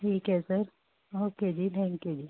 ਠੀਕ ਹੈ sir okay ji thank you ਜੀ